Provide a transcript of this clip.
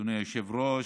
אדוני היושב-ראש,